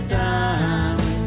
time